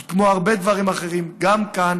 כי כמו הרבה דברים אחרים, גם כאן